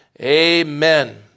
Amen